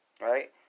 Right